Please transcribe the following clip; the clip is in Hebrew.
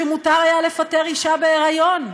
שמותר היה לפטר אישה בהיריון,